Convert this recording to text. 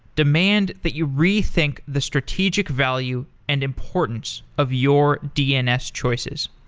demand that you rethink the strategic value and importance of your dns choices.